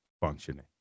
functioning